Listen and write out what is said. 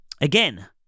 Again